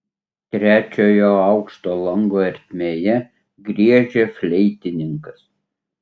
trečiojo aukšto lango ertmėje griežia fleitininkas